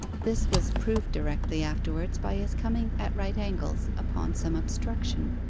this was proved directly afterwards by his coming at right angles upon some obstruction,